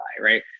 right